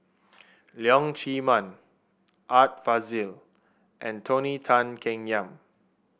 Leong Chee Mun Art Fazil and Tony Tan Keng Yam